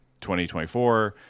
2024